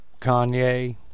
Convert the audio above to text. Kanye